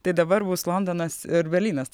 tai dabar bus londonas ir berlynas